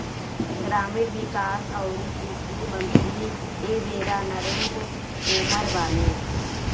ग्रामीण विकास अउरी कृषि मंत्री एबेरा नरेंद्र तोमर बाने